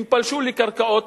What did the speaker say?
לקרקעות